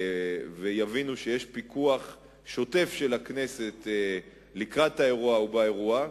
ויבינו שיש פיקוח שוטף של הכנסת לקראת האירוע או באירוע,